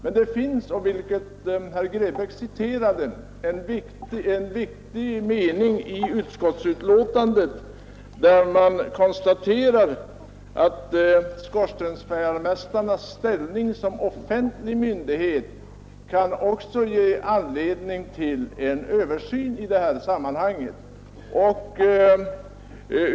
Däremot finns det i utskottets betänkande en viktig mening, som också herr Grebäck citerade, där utskottet skriver att förnyade överväganden kan bli aktuella rörande skorstensfejarmästarens ställning av offentlig myndighet och att en förutsättningslös översyn av hans ställning kan vara motiverad.